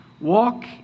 walk